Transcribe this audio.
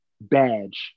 badge